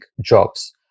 jobs